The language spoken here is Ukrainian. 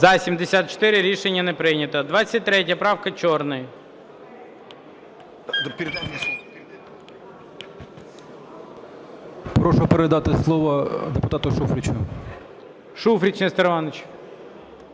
За-74 Рішення не прийнято. 23 правка. Чорний.